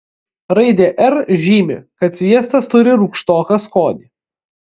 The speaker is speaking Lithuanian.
raidė r žymi kad sviestas turi rūgštoką skonį